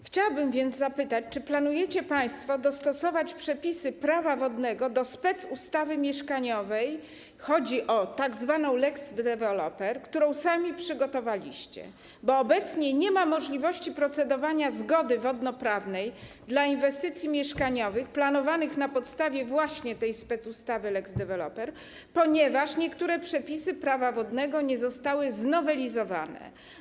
Chciałabym więc zapytać, czy planujecie państwo dostosować przepisy Prawa wodnego do specustawy mieszkaniowej, chodzi o tzw. lex deweloper, którą sami przygotowaliście, bo obecnie nie ma możliwości procedowania nad zgodą wodnoprawną dla inwestycji mieszkaniowych planowanych na podstawie właśnie specustawy lex deweloper, ponieważ niektóre przepisy Prawa wodnego nie zostały znowelizowane.